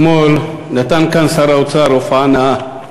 אתמול נתן כאן שר האוצר הופעה נאה,